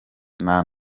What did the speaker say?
nta